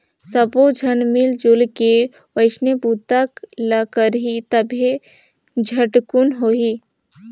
सब्बो झन मिलजुल के ओइसने बूता ल करही तभे झटकुन होही